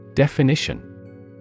Definition